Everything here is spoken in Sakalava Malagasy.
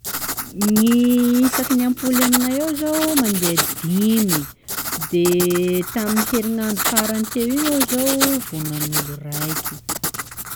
Gny isaky ampoly aminay ao zô mandeha dimy, de tamin'ny herignandro farany teo io aho zao vao nanolo raiky.